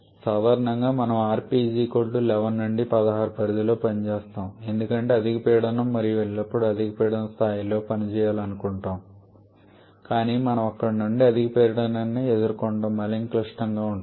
సాధారణంగా మనము rp 11 నుండి 16 పరిధిలో పని చేస్తాము ఎందుకంటే అధిక పీడనం మనం ఎల్లప్పుడూ అధిక పీడన స్థాయిలో పని చేయాలనుకుంటున్నాము కానీ మనం అక్కడి అధిక పీడనం ని ఎదుర్కోవడం మరింత క్లిష్టంగా ఉంటుంది